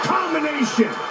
Combination